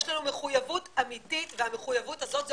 יש לנו מחויבות אמיתית והמחויבות הזאת זו